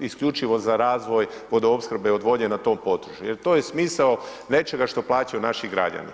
isključivo za razvoj vodoopskrbe ni odvodnje na tom području jer to je smisao nečega što plaćaju naši građani.